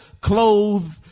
clothe